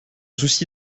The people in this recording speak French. souci